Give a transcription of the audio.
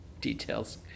details